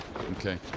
Okay